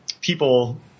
people